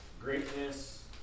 greatness